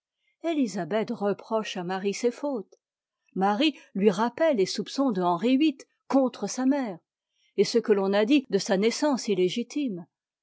élisabeth reproche à marie ses fautes marie lui rappelle les soupçons de henri viii contre sa mère et ce que l'on a dit de sa naissance imégitime